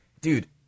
Dude